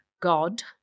god